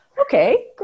okay